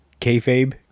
kayfabe